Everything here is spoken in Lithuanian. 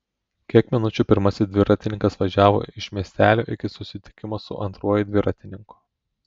kiek minučių pirmasis dviratininkas važiavo iš miestelio iki susitikimo su antruoju dviratininku